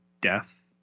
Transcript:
death